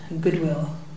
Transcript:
goodwill